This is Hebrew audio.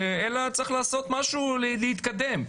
אלא צריך לעשות משהו כדי להתקדם.